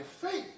faith